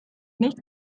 nicht